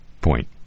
point